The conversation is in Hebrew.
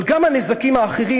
אבל גם הנזקים האחרים,